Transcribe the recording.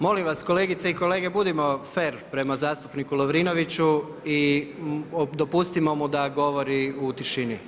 Molim vas kolegice i kolege budimo fer prema zastupniku Lovrinoviću i dopustimo mu da govori u tišini.